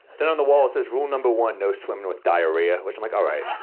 then on the wall, it says rule number one, no swimming with diarrhea, which i'm like, all right.